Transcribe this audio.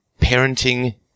parenting